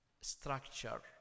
structure